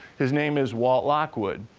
his name is walt lockwood.